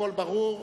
הכול ברור,